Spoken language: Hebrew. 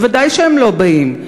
ודאי שהם לא באים,